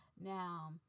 Now